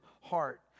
heart